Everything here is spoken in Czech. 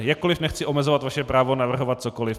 Jakkoli nechci omezovat vaše právo navrhovat cokoli.